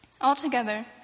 Altogether